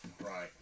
right